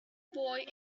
boy